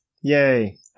Yay